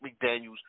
McDaniels